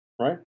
Right